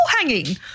hanging